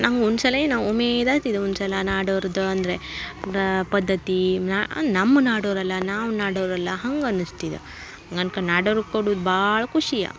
ನಂಗೆ ಉಣ್ಸಲೆಯೆ ನಾವು ಉಮೇದು ಆತಿದ್ ಉನ್ಸಲ ನಾಡೋರ್ದು ಅಂದರೆ ರಾ ಪದ್ದತಿ ನಾ ಅಂದು ನಮ್ಮ ನಾಡೋರಲ್ಲ ನಾವು ನಾಡೋರಲ್ಲ ಹಾಗೆ ಅನಿಸ್ತಿದೆ ಹಂಗ್ ಅನ್ಕಂಡು ನಾಡೋರ್ಗೆ ಕೊಡುದು ಭಾಳ ಖುಷಿಯ